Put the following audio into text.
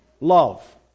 love